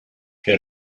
que